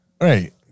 Right